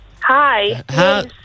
Hi